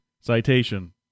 citation